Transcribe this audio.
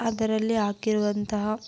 ಅದರಲ್ಲಿ ಹಾಕಿರುವಂತಹ